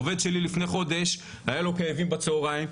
לפני חודש היה לעובד שלי כאבים בצוהריים,